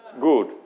Good